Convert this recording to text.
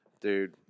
Dude